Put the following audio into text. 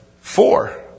four